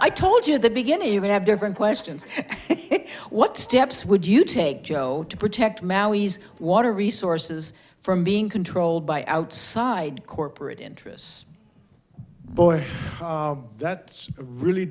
i told you the beginning you would have different questions what steps would you take joe to protect maui's water resources from being controlled by outside corporate interests boy that's a really